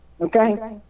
Okay